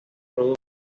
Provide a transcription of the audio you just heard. producto